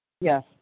Yes